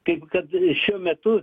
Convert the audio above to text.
kaip kad šiuo metu